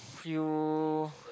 you